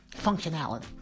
functionality